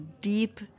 deep